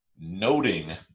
noting